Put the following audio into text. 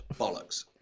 bollocks